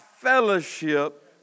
fellowship